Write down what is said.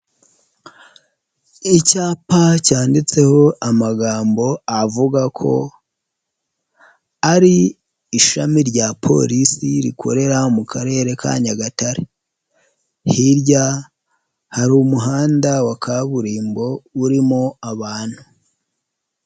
Icyapa cyanditseho amagambo avuga ko ari ishami rya polisi rikorera mu Karere ka Nyagatare, hirya hari umuhanda wa kaburimbo urimo abantu.